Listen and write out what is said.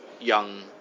young